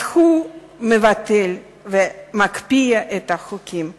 אז הוא מבטל ומקפיא את החוקים האלה.